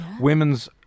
women's